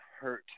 hurt